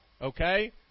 Okay